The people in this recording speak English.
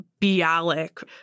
Bialik